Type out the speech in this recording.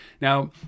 now